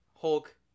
Hulk